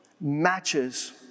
matches